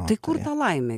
tai kur ta laimė